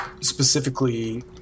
specifically